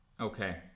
Okay